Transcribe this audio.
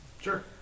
Sure